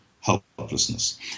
helplessness